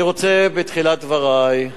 אני רוצה בתחילת דברי,